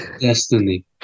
destiny